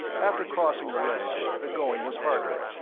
after crossing the ledge the going was harder.